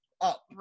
up